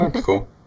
cool